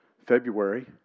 February